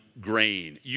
grain